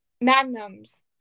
magnums